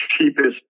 cheapest